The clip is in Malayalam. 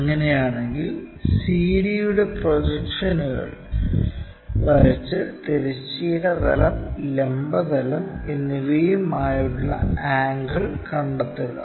അങ്ങനെയാണെങ്കിൽ CD യുടെ പ്രൊജക്ഷനുകൾ വരച്ച് തിരശ്ചീന തലം ലംബ തലം എന്നിവയും ആയുള്ള ആംഗിൾ കണ്ടെത്തുക